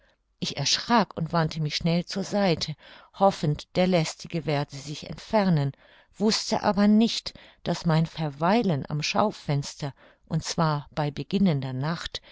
ich erschrak und wandte mich schnell zur seite hoffend der lästige werde sich entfernen wußte aber nicht daß mein verweilen am schaufenster und zwar bei beginnender nacht